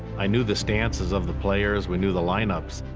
i knew the stances of the players, we knew the lineups.